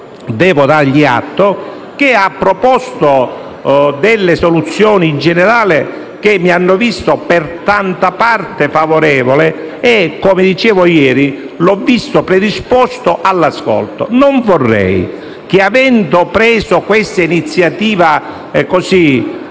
quest'Aula, che ha proposto delle soluzioni, in generale, che mi hanno visto per tanta parte favorevole e che, come dicevo ieri, l'ho visto predisposto all'ascolto. Non vorrei che, avendo preso questa iniziativa così,